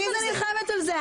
מי זה נלחמת על זה?